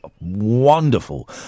Wonderful